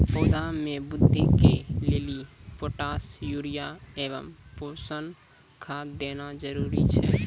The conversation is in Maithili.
पौधा मे बृद्धि के लेली पोटास यूरिया एवं पोषण खाद देना जरूरी छै?